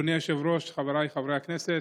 אדוני היושב-ראש, חבריי חברי הכנסת,